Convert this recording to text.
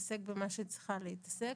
תתעסק במה שהיא צריכה להתעסק,